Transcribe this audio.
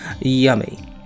Yummy